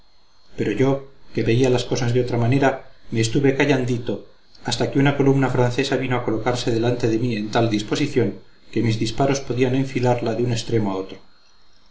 pero yo que veía las cosas de otra manera me estuve callandito hasta que una columna francesa vino a colocarse delante de mí en tal disposición que mis disparos podían enfilarla de un extremo a otro